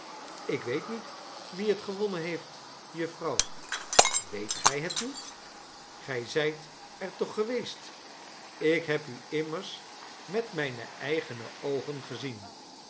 ik weet niet wie het gewonnen heeft jufvrouw weet gij het niet gij zijt er toch geweest ik heb u immers met mijne eigene oogen gezien